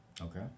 Okay